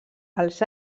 els